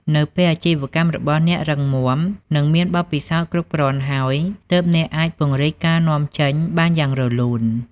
នៅពេលអាជីវកម្មរបស់អ្នករឹងមាំ និងមានបទពិសោធន៍គ្រប់គ្រាន់ហើយ ទើបអ្នកអាចពង្រីកការនាំចេញបានយ៉ាងរលូន។